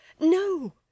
No